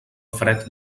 fred